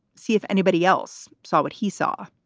see if anybody else saw what he saw.